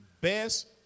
best